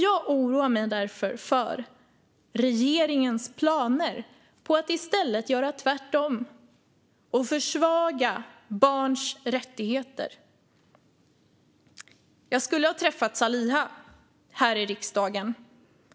Jag oroar mig därför för regeringens planer på att i stället göra tvärtom och försvaga barns rättigheter. Jag skulle ha träffat Saliha här i riksdagen.